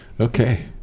okay